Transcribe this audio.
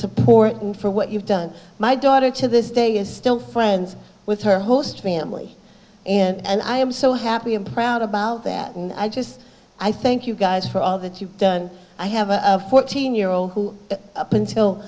support and for what you've done my daughter to this day is still friends with her host family and i am so happy and proud about that and i just i thank you guys for all that you've done i have a fourteen year old who up until